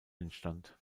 entstand